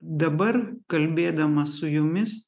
dabar kalbėdama su jumis